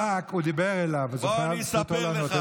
ברק, הוא דיבר אליו, אז הוא חייב, זכותו לענות.